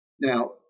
Now